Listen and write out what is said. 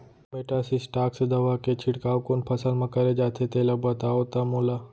Metasystox दवा के छिड़काव कोन फसल म करे जाथे तेला बताओ त मोला?